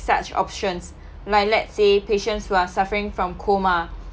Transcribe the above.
such options like let say patients who are suffering from coma